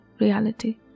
reality